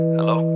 Hello